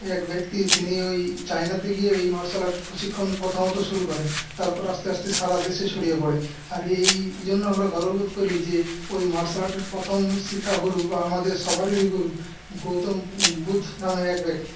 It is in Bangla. এক ব্যক্তি তিনি ওই চায়নাতে গিয়েই ওই মার্শাল আর্ট প্রশিক্ষণ প্রথমত শুরু করেন তারপর আসতে আসতে সারা দেশে ছড়িয়ে পরে আর এই জন্য আমরা গর্ববোধ করি যে ওই মার্শাল আর্টের প্রথম শিক্ষা গুরু বা আমাদের সবারই গুরু গৌতম বুদ্ধ নামে এক ব্যক্তি